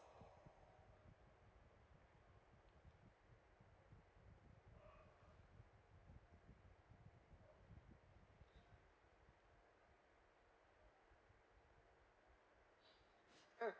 mm